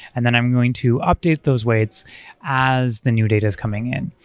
and then i'm going to update those weights as the new data is coming in.